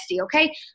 okay